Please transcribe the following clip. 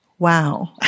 Wow